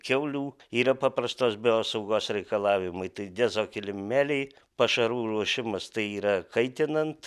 kiaulių yra paprastos biosaugos reikalavimai tai dezokilimėliai pašarų ruošimas tai yra kaitinant